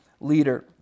leader